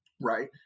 right